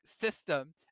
system